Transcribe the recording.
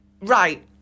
right